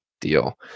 deal